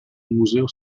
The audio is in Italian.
museo